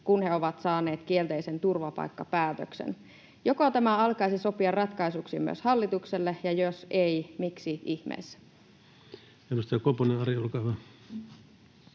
kun he ovat saaneet kielteisen turvapaikkapäätöksen. Joko tämä alkaisi sopia ratkaisuksi myös hallitukselle, ja jos ei, miksi ihmeessä